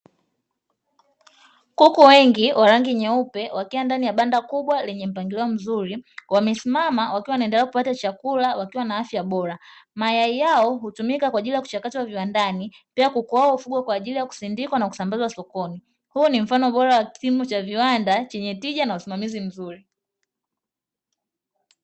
Kuku wengi wa rangi nyeupe wakiwa ndani ya banda kubwa lenye mpangilio mzuri, wamesimama wakiwa wanaendelea kupata chakula wakiwa na afya bora. Mayai yao hutumika kwa ajili ya kuchakatwa viwandani, pia kuku wao hufugwa kwa ajili ya kusindikwa na kusambaza sokoni. Huu ni mfano bora wa kilimo cha viwanda yenye tija na usimamizi mzuri.